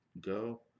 go